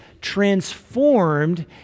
transformed